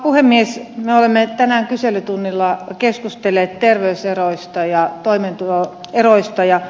me olemme tänään kyselytunnilla keskustelleet terveyseroista ja toimeentuloeroista